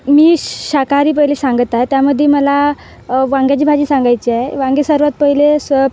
मी शाकाहारी पहिले सांगत आहे त्यामध्ये मला वांग्याची भाजी सांगायची आहे वांगे सर्वात पहिले स